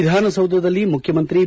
ವಿಧಾನಸೌಧದಲ್ಲಿ ಮುಖ್ಯಮಂತ್ರಿ ಬಿ